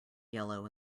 yellow